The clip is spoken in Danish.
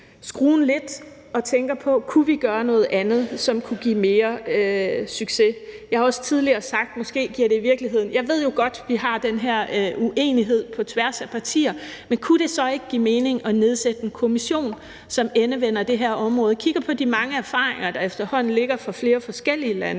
skråen lidt og tænker på, om vi kunne gøre noget andet, som kunne give mere succes. Jeg ved jo godt, at vi har den her uenighed på tværs af partier, men kunne det så ikke give mening at nedsætte en kommission, som endevender det her område og kigger på de mange erfaringer, der efterhånden ligger fra flere forskellige lande,